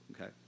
okay